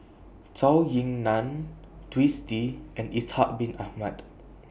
Zhou Ying NAN Twisstii and Ishak Bin Ahmad